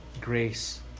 grace